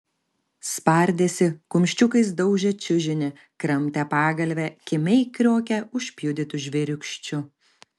spardėsi kumščiukais daužė čiužinį kramtė pagalvę kimiai kriokė užpjudytu žvėriūkščiu